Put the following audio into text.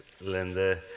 Linda